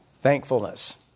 Thankfulness